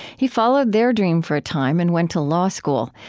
he followed their dream for a time and went to law school,